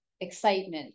excitement